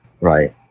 Right